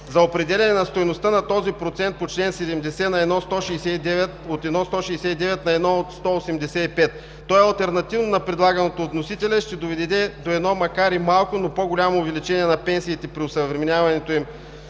за определяне на стойността по този процент по чл. 70 от 1,169 на 1,185. То е алтернативно на предлаганото от вносителя и ще доведе до едно, макар и малко, но по-голямо увеличение на пенсиите при осъвременяването им